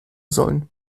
sollen